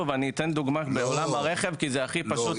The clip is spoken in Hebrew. אני אתן עוד דוגמה מעולם הרכב: זה כמו